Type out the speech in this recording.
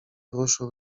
ruszył